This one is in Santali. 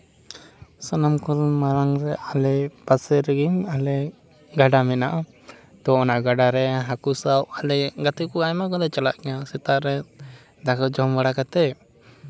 ᱥᱟᱱᱟᱢ ᱠᱷᱚᱱ ᱢᱟᱬᱟᱝ ᱨᱮ ᱟᱞᱮ ᱯᱟᱥᱮ ᱨᱮᱜᱤᱧ ᱟᱞᱮ ᱜᱟᱰᱟ ᱢᱮᱱᱟᱜᱼᱟ ᱛᱚ ᱚᱱᱟ ᱜᱟᱰᱟᱨᱮ ᱦᱟᱹᱠᱩ ᱥᱟᱵ ᱟᱞᱮ ᱜᱟᱛᱮ ᱠᱚ ᱟᱭᱢᱟ ᱠᱚᱞᱮ ᱪᱟᱞᱟᱜ ᱜᱮᱭᱟ ᱥᱮᱛᱟᱜ ᱨᱮ ᱫᱟᱠᱟ ᱠᱚ ᱡᱚᱢ ᱵᱟᱲᱟ ᱠᱟᱛᱮ